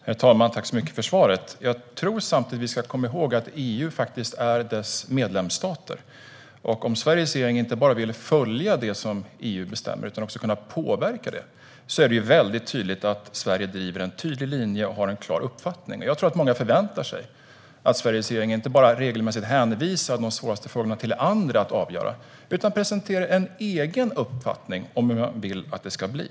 Herr talman! Tack, ministern, för svaret! Vi ska samtidigt komma ihåg att EU är dess medlemsstater. Om Sveriges regering inte bara vill följa det som EU bestämmer utan också kunna påverka det är det väldigt viktigt att Sverige driver en tydlig linje och har en klar uppfattning. Jag tror att många förväntar sig att Sveriges regering inte bara regelmässigt hänvisar de svåraste frågorna till andra utan presenterar en egen uppfattning om hur man vill att det ska bli.